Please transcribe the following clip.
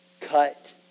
cut